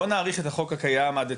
בוא נאריך את החוק הקיים עד דצמבר,